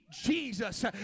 Jesus